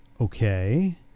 Okay